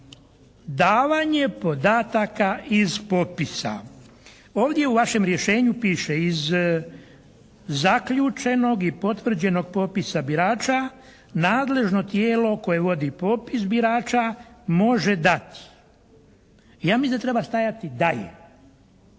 davanje podataka iz popisa. Ovdje u vašem rješenju piše iz zaključenog i potvrđenog popisa birača nadležno tijelo koje vodi popis birača može dati. Ja mislim da mora stajati "dalje"